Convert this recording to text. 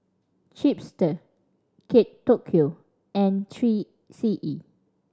Chipster Kate Tokyo and Three C E